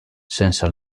sense